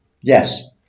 Yes